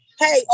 Hey